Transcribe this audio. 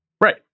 right